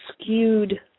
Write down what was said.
skewed